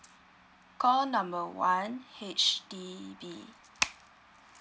call number one H_D_B